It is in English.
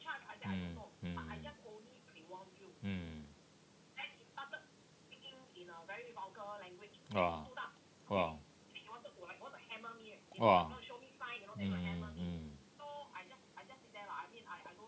mm mm mm !wah! !wah! !wah! mm mm mm